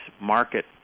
market